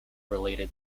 related